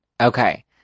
okay